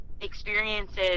experiences